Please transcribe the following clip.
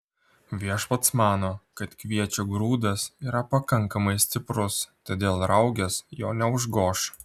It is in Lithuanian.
viešpats mano kad kviečio grūdas yra pakankamai stiprus todėl raugės jo neužgoš